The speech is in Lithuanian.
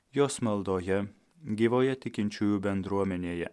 jos maldoje gyvoje tikinčiųjų bendruomenėje